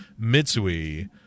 Mitsui